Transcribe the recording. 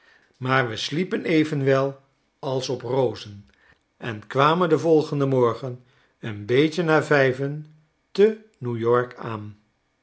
maar we sliepen evenwel als op rozen en kwamen den volgenden morgen een beetje na vijven te new-york aan